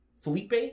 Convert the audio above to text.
Felipe